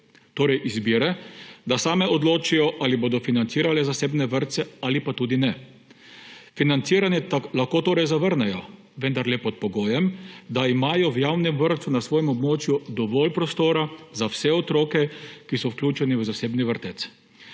torej izbire, da same odločijo, ali bodo financirale zasebne vrtce ali pa tudi ne. Financiranje lahko torej zavrnejo, vendar le pod pogojem, da imajo v javnem vrtcu na svojem območju dovolj prostora za vse otroke, ki so vključeni v zasebni vrtec.